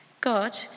God